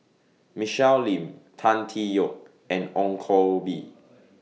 Michelle Lim Tan Tee Yoke and Ong Koh Bee